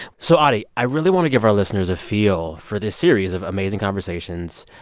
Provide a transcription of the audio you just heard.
so, audie, i really want to give our listeners a feel for this series of amazing conversations.